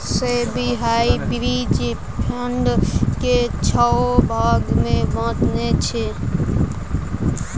SEBI hybrid fund केँ छओ भाग मे बँटने छै